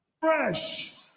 fresh